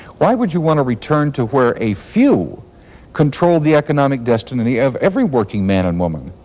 why would you want to return to where a few control the economic destiny of every working man and woman?